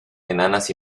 enanas